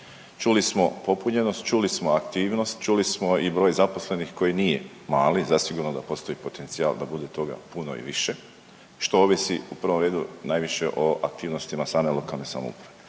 Čuli smo popunjenost, čuli smo aktivnost, čuli smo i broj zaposlenih koji nije mali, zasigurno da postoji potencijal da bude toga puno i više, što ovisi u prvom redu, najviše o aktivnostima same lokalne samouprave.